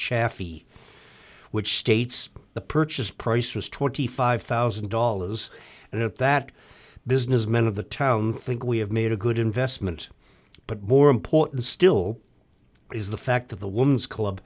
chafee which states the purchase price was twenty five thousand dollars and at that business men of the town think we have made a good investment but more important still is the fact that the woman's